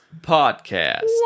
podcast